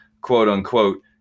quote-unquote